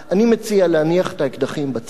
אני מציע להניח את האקדחים בצד,